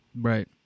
Right